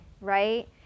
right